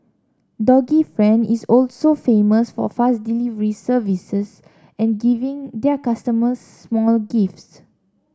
doggy friend is also famous for fast delivery services and giving their customers small gifts